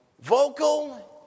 vocal